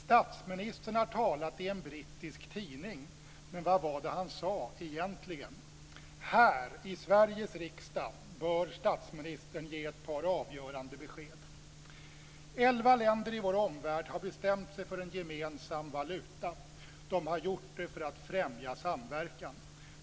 Statsministern har talat i en brittisk tidning. Men vad var det han sade, egentligen? Här, i Sveriges riksdag, bör statsministern ge ett par avgörande besked. Elva länder i vår omvärld har bestämt sig för en gemensam valuta. De har gjort det för att främja samverkan.